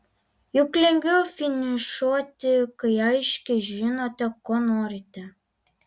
juk lengviau finišuoti kai aiškiai žinote ko norite